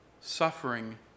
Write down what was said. suffering